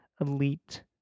elite